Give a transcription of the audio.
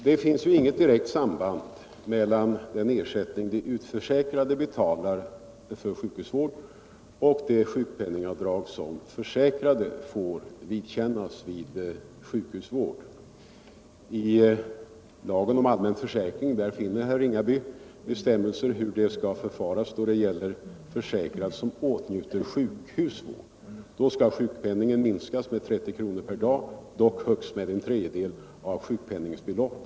Det finns ju inget direkt samband mellan den ersättning de utförsäkrade betalar för sjukhusvård och det sjukpenningavdrag som de försäkrade får vidkännas vid sjukhusvård. I lagen om allmän försäkring finner herr Ringaby bestämmelser om hur det skall förfaras då det gäller försäkrad som åtnjuter sjukhusvård. Då skall sjukpenningen minskas med 30 kr. per dag, dock högst med en tredjedel av sjukpenningens belopp.